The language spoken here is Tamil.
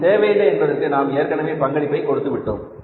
இது தேவையில்லை என்பதற்கு நாம் ஏற்கனவே பங்களிப்பை கொடுத்துவிட்டோம்